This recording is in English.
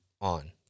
on